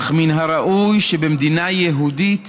אך מן הראוי שבמדינה יהודית